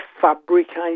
fabricate